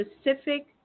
specific